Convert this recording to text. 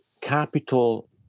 capital